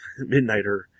Midnighter